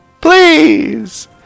please